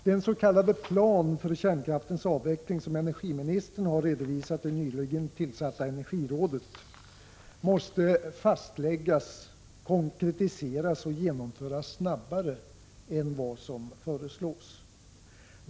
Den s.k. plan för kärnkraftens avveckling som energiministern har redovisat i det nyligen tillsatta energirådet måste fastläggas, konkretiseras och genomföras snabbare än vad som föreslås.